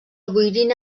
boirina